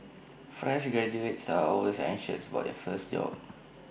fresh graduates are always anxious about their first job